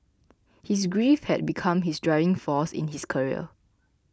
his grief had become his driving force in his career